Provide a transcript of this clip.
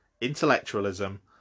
intellectualism